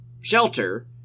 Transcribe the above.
shelter